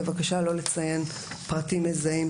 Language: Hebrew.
בבקשה לא לציין פרטים מזהים,